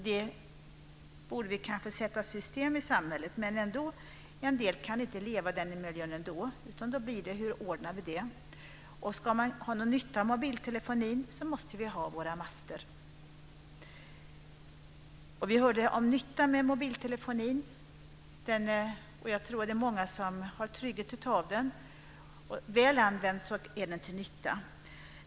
Det borde vi kanske sätta i system i samhället. Men en del kan inte leva i den miljön ändå. Då blir frågan hur vi ordnar det. Ska vi ha någon nytta av mobiltelefonin måste vi ha våra master. Vi hörde om nyttan med mobiltelefonin. Jag tror att det är många som har trygghet av den. Väl använd är den till nytta.